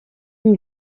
can